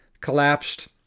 collapsed